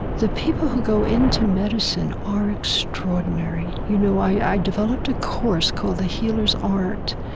the people who go into medicine are extraordinary. you know i developed a course called the healer's art